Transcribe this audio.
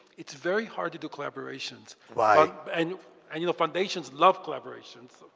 it's very hard to do collaborations. why? and and you know foundations love collaborations.